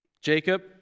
Jacob